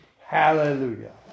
Hallelujah